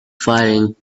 firing